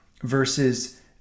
versus